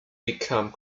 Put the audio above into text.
become